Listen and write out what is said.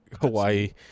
Hawaii